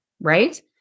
right